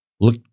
look